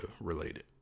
related